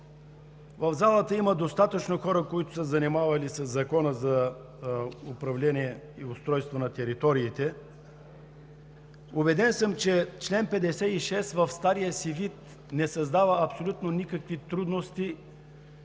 В залата има достатъчно хора, които са се занимавали със Закона за управление и устройство на териториите. Убеден съм, че чл. 56 в стария си вид не създава абсолютно никакви трудности